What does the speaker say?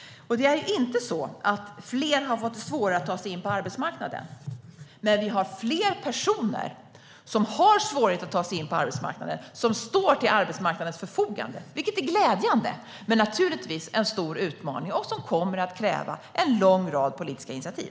Det är inte så att fler har fått det svårare att ta sig in på arbetsmarknaden. Men vi har fler personer som har svårighet att ta sig in på arbetsmarknaden men står till arbetsmarknadens förfogande. Att de gör det sistnämnda är glädjande. Men detta är naturligtvis en stor utmaning som kommer att kräva en lång rad politiska initiativ.